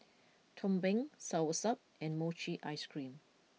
Tumpeng Soursop and Mochi Ice Cream